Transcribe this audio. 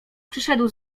przyszedł